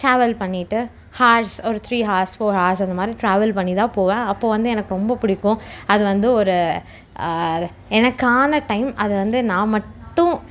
travel பண்ணிவிட்டு horse ஒரு three horse four horse அந்தமாதிரி ட்ராவல் பண்ணி தான் போவேன் அப்போ வந்து எனக்கு ரொம்ப பிடிக்கும் அது வந்து ஒரு எனக்கான டைம் அதை வந்து நான் மட்டும்